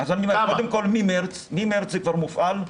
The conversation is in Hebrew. אני אומר שמחודש מארס זה כבר מופעל.